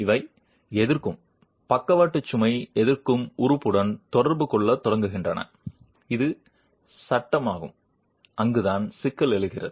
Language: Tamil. இவை எதிர்க்கும் பக்கவாட்டு சுமை எதிர்க்கும் உறுப்புடன் தொடர்பு கொள்ளத் தொடங்குகின்றன இது சட்டமாகும் அங்குதான் சிக்கல் எழுகிறது